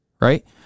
right